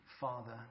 father